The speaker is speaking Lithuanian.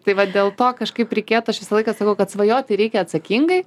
tai vat dėl to kažkaip reikėtų aš visą laiką sakau kad svajot tai reikia atsakingai